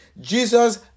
Jesus